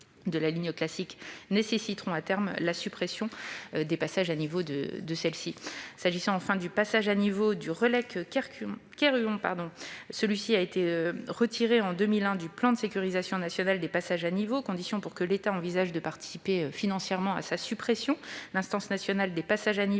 de la ligne classique nécessiteront à terme la suppression des passages à niveau sur celles-ci. S'agissant enfin du passage à niveau du Relecq-Kerhuon, celui-ci a été retiré en 2001 du plan de sécurisation national des passages à niveau, condition pour que l'État envisage de participer financièrement à sa suppression. L'instance nationale des passages à niveau